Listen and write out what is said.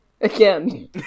Again